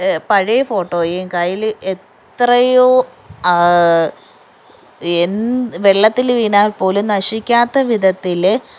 പഴയ ഫോട്ടോയെക്കാൾ എത്രയോ എൻ വെള്ളത്തില് വീണാൽ പോലും നശിക്കാത്ത വിധത്തില്